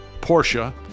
Porsche